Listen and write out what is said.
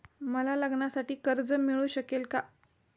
मला लग्नासाठी कर्ज मिळू शकेल का?